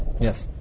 Yes